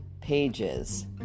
pages